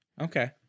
Okay